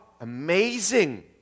amazing